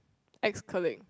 ex colleague